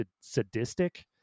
sadistic